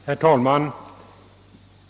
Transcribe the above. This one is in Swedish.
Herr talman!